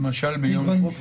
למשל ביום שישי.